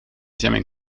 jamming